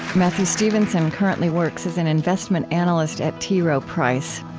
matthew stevenson currently works as an investment analyst at t. rowe price.